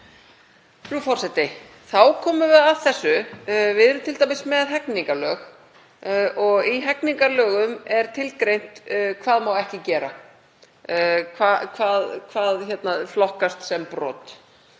Þá komum við að þessu: Við erum t.d. með hegningarlög og í hegningarlögum er tilgreint hvað má ekki gera, hvað flokkast sem brot.